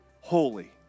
Holy